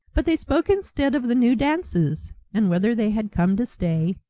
but they spoke instead of the new dances, and whether they had come to stay,